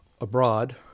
abroad